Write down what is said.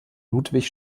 ludwig